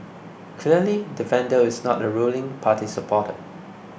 clearly the vandal is not a ruling party supporter